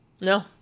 No